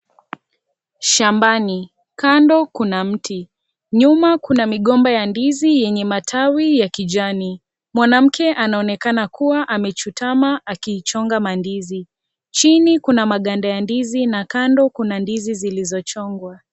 Shambani kando kuna mti, nyuma kuna migomba ya ndizi yenye matawi ya kijani. Mwanamke anaonekana kuwa amechutama akichonga mandizi, chini kuna maganda ya ndizi na kando kuna ndizi zilizochongwa.